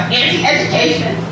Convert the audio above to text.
anti-education